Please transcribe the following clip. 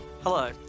Hello